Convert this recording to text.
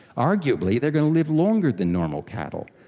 arguably they are going to live longer than normal cattle.